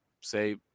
say –